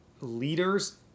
leaders